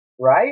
right